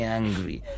angry